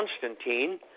Constantine